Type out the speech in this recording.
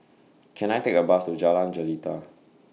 Can I Take A Bus to Jalan Jelita